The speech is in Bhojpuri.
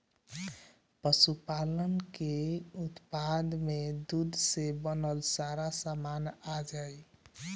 पशुपालन के उत्पाद में दूध से बनल सारा सामान आ जाई